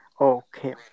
Okay